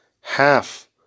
half